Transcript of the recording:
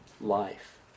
life